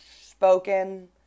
Spoken